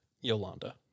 Yolanda